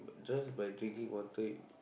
just by drinking water